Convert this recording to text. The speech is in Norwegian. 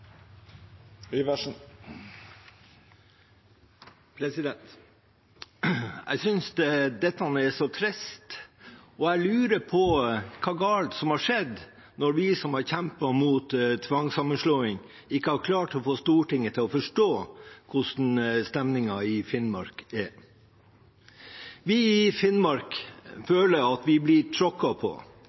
Jeg synes dette er så trist, og jeg lurer på hva galt som har skjedd når vi som har kjempet mot tvangssammenslåing, ikke har klart å få Stortinget til å forstå hvordan stemningen i Finnmark er. Vi i Finnmark føler at vi blir tråkket på,